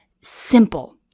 Simple